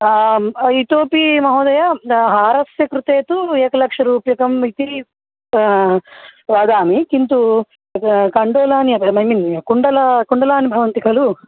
आम् इतोपि महोदय हारस्य कृते तु एकलक्षरूप्यकम् इति वदामि किन्तु एका कण्डूलानि अप् ऐ मीन् कुण्डला कुण्डलानि भवन्ति खलु